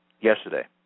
yesterday